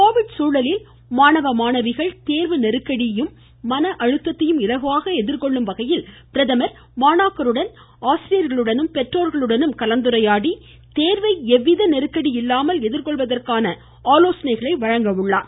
Covid சூழலில் மாணவ மாணவிகள் தேர்வு நெருக்கடியையும் மன அழுத்தத்தையும் இலகுவாக எதிர்கொள்ளும்வகையில் பிரதமர் மாணாக்கருடனும் ஆசிரியர்களுடனும் பெற்றோர்களுடனும் கலந்துரையாடி தேர்வை எவ்வித நெருக்கடி இல்லாமல் எதிர்கொள்வதற்கான ஆலோசனைகளை வழங்க உள்ளார்